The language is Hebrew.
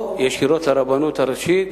או ישירות לרבנות הראשית,